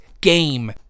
game